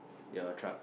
your truck